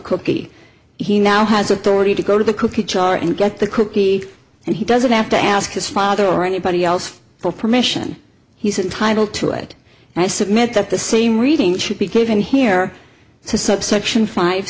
cookie he now has authority to go to the cookie jar and get the cookie and he doesn't have to ask his father or anybody else for permission he's entitled to it and i submit that the same reading should be given here to subsection five